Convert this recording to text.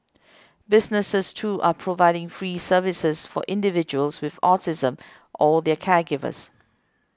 businesses too are providing free services for individuals with autism or their caregivers